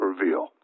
reveal